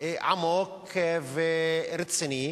עמוק ורציני,